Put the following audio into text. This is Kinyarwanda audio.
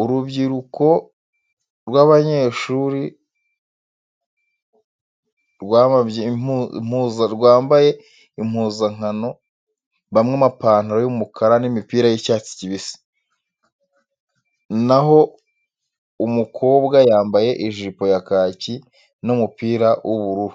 Urubyiruko rw'abanyshuri rwamabye impuzankano bamwe amapantalo y'umukara n'imipira y'icyatsi kibisi, na ho umukobwa yambaye ijipo ya kaki n'umupira w'ubururu,